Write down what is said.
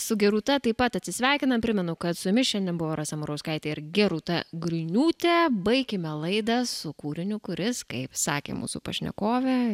su gerūta taip pat atsisveikinam primenu kad su jumis šiandien buvo rasa murauskaitė ir gerūta griniūtė baikime laidą su kūriniu kuris kaip sakė mūsų pašnekovė